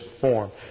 form